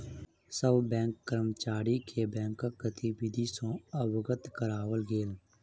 सभ बैंक कर्मचारी के बैंकक गतिविधि सॅ अवगत कराओल गेल